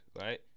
right